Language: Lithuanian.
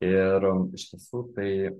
ir iš tiesų tai